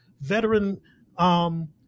veteran